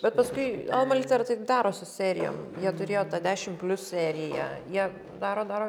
bet paskui alma litera taip daro su serijom jie turėjo tą dešim plius seriją jie daro daro